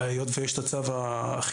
היות ויש את הצו הזה,